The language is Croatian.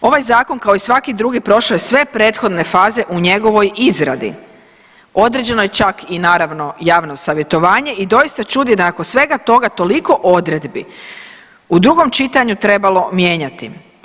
Ovaj Zakon, kao i svaki drugi, prošao je sve prethodne faze u njegovoj izradi, odrađeno je čak i naravno, javno savjetovanje i doista čudi nakon svega toga, toliko odredbi u drugom čitanju trebalo mijenjati.